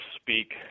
speak